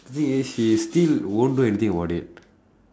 the thing is she still they won't do anything about it